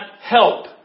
help